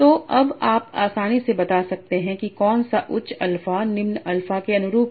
तो अब आप आसानी से बता सकते हैं कि कौन सा उच्च अल्फ़ा निम्न अल्फ़ा के अनुरूप है